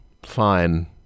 fine